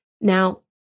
Now